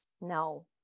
No